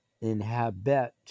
inhabit